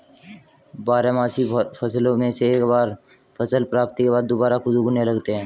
बारहमासी फसलों से एक बार फसल प्राप्ति के बाद दुबारा खुद उगने लगते हैं